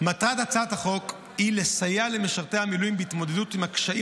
מטרת הצעת החוק היא לסייע למשרתי המילואים בהתמודדות עם הקשיים